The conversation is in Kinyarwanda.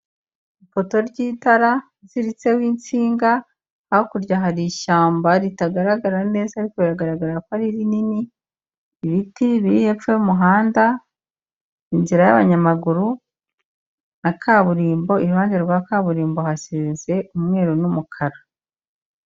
Ipoto ry'itara iziritseho insinga, hakurya hari ishyamba ritagaragara neza ariko biragaragara ko ari rinini, ibiti biri hepfo y'umuhanda, inzira y'abanyamaguru na kaburimbo, iruhande rwa kaburimbo hasize umweru n'umukara.